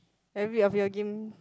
every of your game